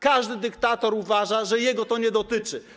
Każdy dyktator uważa, że jego to nie dotyczy.